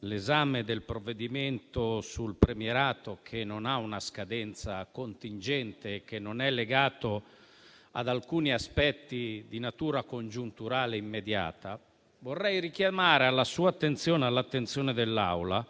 l'esame del provvedimento sul premierato, che non ha una scadenza contingente e che non è legato ad alcun aspetto di natura congiunturale immediata, vorrei richiamare alla sua attenzione ed all'attenzione dell'Aula